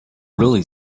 really